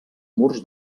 murs